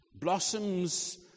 blossoms